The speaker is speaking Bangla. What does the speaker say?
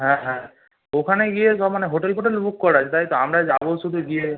হ্যাঁ হ্যাঁ ওখানে গিয়ে সব মানে হোটেল ফোটেল বুক করা আছে তাই তো আমরা যাবো শুধু গিয়ে